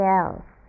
else